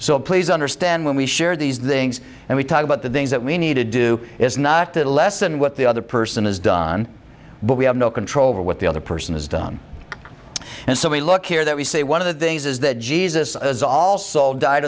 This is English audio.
so please understand when we share these things and we talk about the things that we need to do is not that less than what the other person has done but we have no control over what the other person has done and so we look here that we say one of the things is that jesus is all soul died